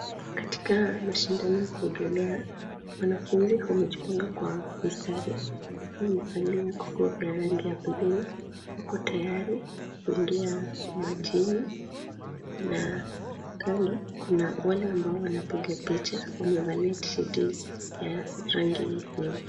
Katika mashindano ya kuogelea, wanafunzi wamejipanga kwa mistari aina ya nguo vya rangi ya buluu. Wako tayari kuingia majini na kando kuna wale wanaopiga picha wamevalia tishati ya rangi nyeupe.